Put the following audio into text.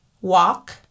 walk